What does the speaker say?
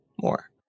more